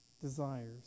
desires